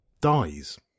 dies